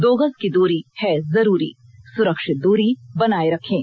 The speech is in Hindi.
दो गज की दूरी है जरूरी सुरक्षित दूरी बनाए रखें